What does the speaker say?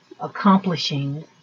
accomplishing